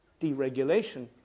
deregulation